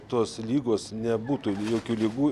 tos lygos nebūtų jokių ligų